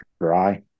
dry